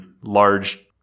large